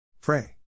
Pray